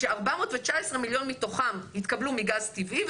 419 מיליון מתוכם התקבלו מגז טבעי,